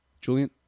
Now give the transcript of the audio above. Julian